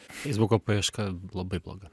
feisbuko paieška labai bloga